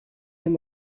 and